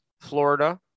Florida